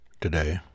today